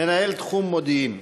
מנהל תחום מודיעין.